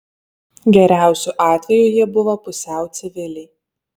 geriausiu atveju jie buvo pusiau civiliai